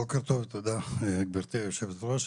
בוקר טוב ותודה לך גברתי יושבת הראש,